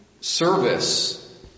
service